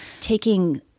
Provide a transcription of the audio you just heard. Taking